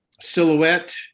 Silhouette